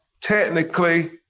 technically